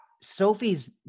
Sophie's